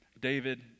David